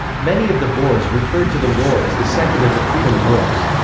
many of the boers referred to the war as the second of the freedom wars.